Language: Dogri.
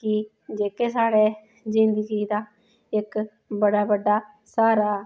कि जेह्के साढ़े जिंदगी दा इक बड़ा बड्डा स्हारा